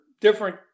different